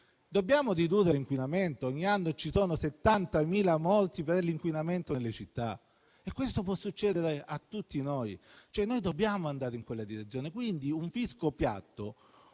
Dobbiamo ridurre l'inquinamento: ogni anno ci sono 70.000 morti per l'inquinamento nelle città e questo può succedere a tutti noi. Dobbiamo dunque andare in quella direzione e quindi un fisco piatto